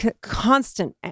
constant